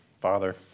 Father